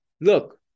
look